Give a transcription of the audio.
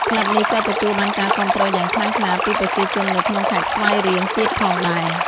ក្លឹបនេះក៏ទទួលបានការគាំទ្រយ៉ាងខ្លាំងក្លាពីប្រជាជននៅក្នុងខេត្តស្វាយរៀងទៀតផងដែរ។